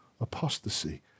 apostasy